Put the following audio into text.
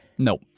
No